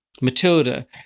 Matilda